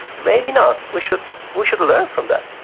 maybe not. we should we should learn from that.